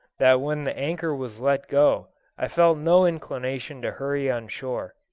that when the anchor was let go i felt no inclination to hurry on shore.